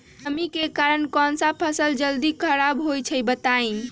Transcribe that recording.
नमी के कारन कौन स फसल जल्दी खराब होई छई बताई?